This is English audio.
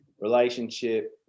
relationship